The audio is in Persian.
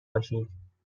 باشیم